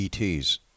et's